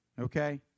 Okay